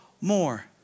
more